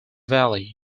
valley